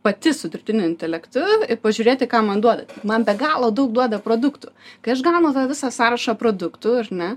pati su dirbtiniu intelektu ir pažiūrėti ką man duoda man be galo daug duoda produktų kai aš gaunu tą visą sąrašą produktų ar ne